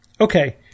Okay